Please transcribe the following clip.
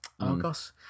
Argos